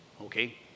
okay